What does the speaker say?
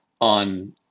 on